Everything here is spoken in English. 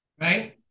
right